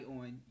on